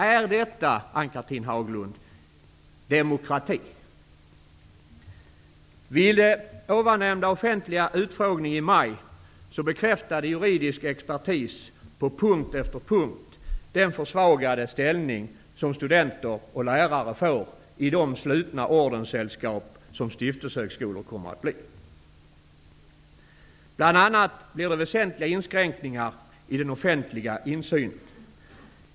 Är detta, Ann-Chatrine Haglund, demokrati? Vid den tidigare nämnda offentliga utfrågningen i maj bekräftade juridisk expertis på punkt efter punkt den försvagade ställning som studenter och lärare får i de slutna ordenssällskap som stiftelsehögskolor kommer att bli. Bl.a. blir det väsentliga inskränkningar i den offentliga insynen.